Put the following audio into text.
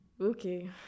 okay